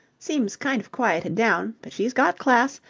seems kind of quieted down. but she's got class,